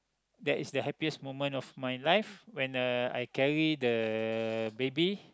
that is the happiest moment of my life when uh I carry the baby